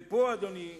ופה, אדוני,